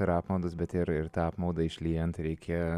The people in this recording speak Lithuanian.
ar apmaudas bet ir tą apmaudą išliejant reikia